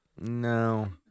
No